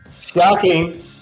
shocking